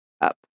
up